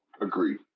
Agreed